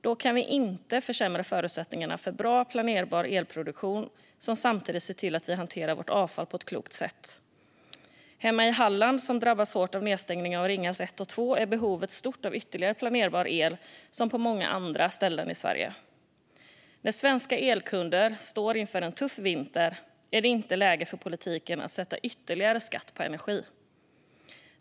Då kan vi inte försämra förutsättningarna för bra, planerbar elproduktion som samtidigt ser till att vi hanterar vårt avfall på ett klokt sätt. Hemma i Halland, där man drabbas hårt av nedstängningarna av Ringhals 1 och 2, är behovet stort av ytterligare planerbar el - precis som på många andra ställen i Sverige. När svenska elkunder står inför en tuff vinter är det inte läge för politiken att lägga ytterligare skatter på energi.